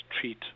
treat